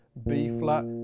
b flat,